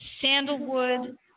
sandalwood